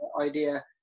idea